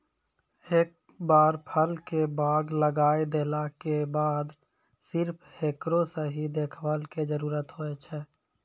एक बार फल के बाग लगाय देला के बाद सिर्फ हेकरो सही देखभाल के जरूरत होय छै